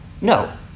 No